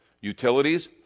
Utilities